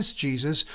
Jesus